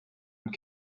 and